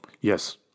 Yes